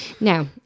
Now